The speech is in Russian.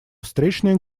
встречная